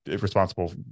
responsible